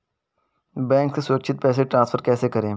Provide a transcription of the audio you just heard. Bank से सुरक्षित पैसे ट्रांसफर कैसे करें?